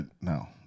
no